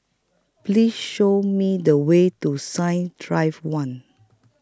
Please Show Me The Way to Science Drive one